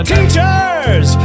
Teachers